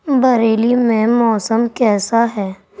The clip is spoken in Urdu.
بریلی میں موسم کیسا ہے